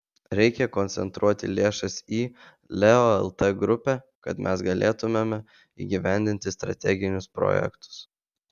reikia koncentruoti lėšas į leo lt grupę kad mes galėtumėme įgyvendinti strateginius projektus